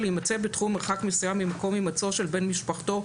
"להימצא בתחום מרחק מסוים ממקום הימצאו של בן משפחתו,